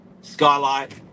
Skylight